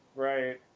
Right